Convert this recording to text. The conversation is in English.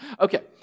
okay